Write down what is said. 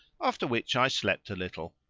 after which i slept a little.